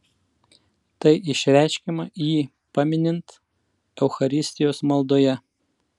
tai išreiškiama jį paminint eucharistijos maldoje